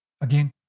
again